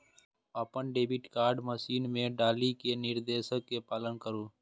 अपन debit card machine मे डालि कें निर्देश के पालन करु